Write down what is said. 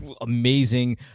amazing